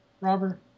Robert